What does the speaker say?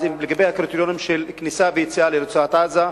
אז לגבי הקריטריונים של כניסה ויציאה מרצועת-עזה,